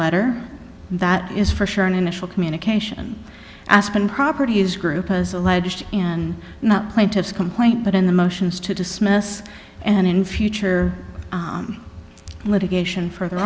letter that is for sure an initial communication aspen properties group has alleged and not plaintiff's complaint but in the motions to dismiss and in future litigation f